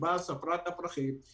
היא ספרה את הפרחים,